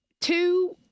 Two